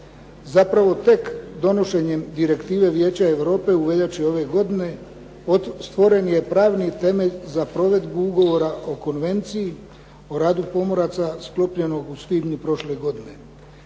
Zapravo tek donošenjem Direktive Vijeća Europe u veljači ove godine stvoren je pravni temelj za provedbu Ugovora o Konvenciji o radu pomoraca sklopljenog u svibnju prošle godine.